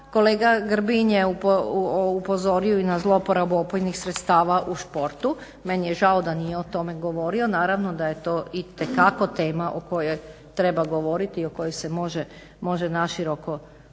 Kolega Grbin je upozorio na zlouporabu opojnih sredstava u sportu. Meni je žao da nije o tome govorio, naravno da je to itekako tema o kojoj treba govoriti i o kojoj se može naširoko govoriti.